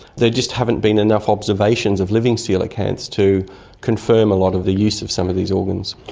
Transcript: they just haven't been enough observations of living coelacanths to confirm a lot of the use of some of these organs.